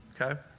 okay